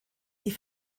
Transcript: die